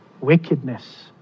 Wickedness